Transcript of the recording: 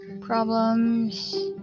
problems